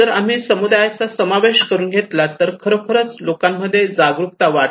जर आम्ही समुदायाचा समावेश करून घेतला तर खरोखर लोकांमध्ये जागरूकता वाढते